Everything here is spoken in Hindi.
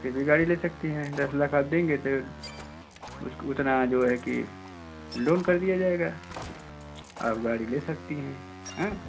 फिर भी गाड़ी ले सकती हैं दस लाख आप देंगें फिर उसको उतना जो है कि लोन कर दिया जाएगा आप गाड़ी ले सकती हैं हैं